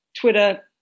twitter